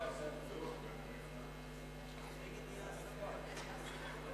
הודעת הממשלה על העברת סמכויות משר המשפטים לשר